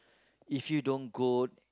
if you don't go